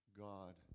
God